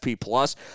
plus